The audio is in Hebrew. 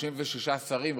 36 שרים,